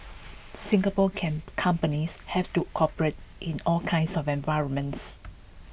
Singapore companies have to operate in all kinds of environments